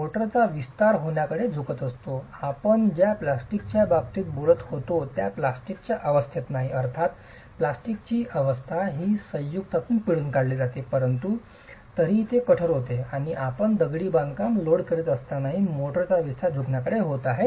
मोर्टारचा विस्तार होण्याकडे झुकत असतो आपण ज्या प्लास्टिकच्या बाबतीत बोलत होतो त्या प्लास्टिकच्या अवस्थेत नाही अर्थातच प्लास्टिकची अवस्था ती संयुक्तातून पिळून काढली जाते परंतु तरीही ते कठोर होते आणि आपण दगडी बांधकाम लोड करीत असतानाही मोर्टारचा विस्तार होण्याकडे झुकत आहे